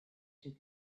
had